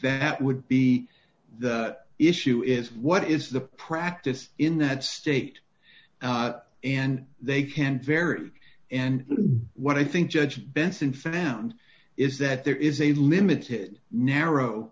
that would be the issue is what is the practice in that state and they can vary in the what i think judge benson found is that there is a limited narrow